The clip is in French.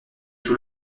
tout